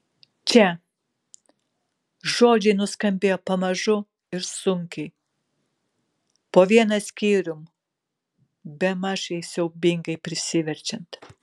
čia žodžiai nuskambėjo pamažu ir sunkiai po vieną skyrium bemaž jai siaubingai prisiverčiant